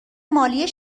مالی